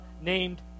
named